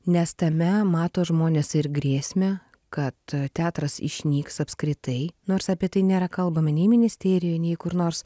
nes tame mato žmonės ir grėsmę kad teatras išnyks apskritai nors apie tai nėra kalbama nei ministerijoj nei kur nors